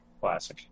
Classic